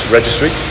Registry